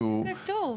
איפה זה כתוב?